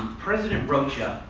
president rocha